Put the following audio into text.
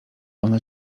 ona